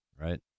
right